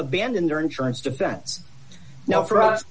abandon their insurance defense now for us